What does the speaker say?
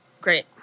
Great